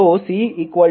तो C 105 30